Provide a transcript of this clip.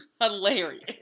hilarious